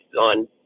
on